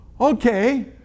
Okay